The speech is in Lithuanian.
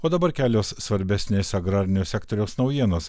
o dabar kelios svarbesnės agrarinio sektoriaus naujienos